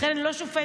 לכן לא שופטת,